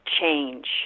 change